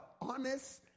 honest